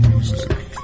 Music